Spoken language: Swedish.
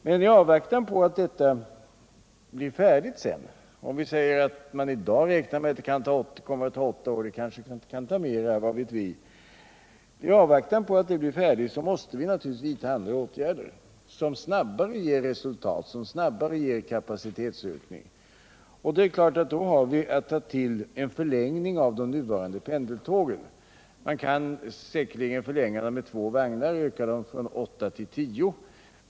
Man räknar alltså i dag med att detta sedan kan ta åtta år; det kanske kan ta mera — vad vet vi? I avvaktan på att detta blir färdigt måste vi naturligtvis vidta andra åtgärder, som snabbare ger kapacitetsökning. Då har vi att ta till en förlängning av de nuvarande pendeltågen. Man kan säkerligen förlänga dem med två vagnar, öka dem från åtta till tio vagnar.